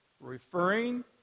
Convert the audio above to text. referring